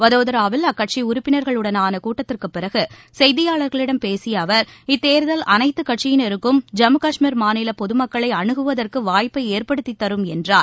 வதோதராவில் அக்கட்சி உறுப்பினா்கள் உடனாள கூட்டத்திற்கு பிறகு செய்தியாளர்களிடம் பேசிய அவர் இத்தேர்தல் அனைத்து கட்சியினருக்கும் ஜம்மு காஷ்மீர் மாநில பொதுமக்களை அணுகுவதற்கு வாய்ப்பை ஏற்படுத்தித் தரும் என்றார்